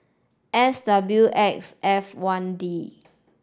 S W X F one D